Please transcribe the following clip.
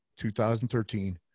2013